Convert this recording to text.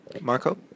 Marco